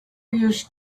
used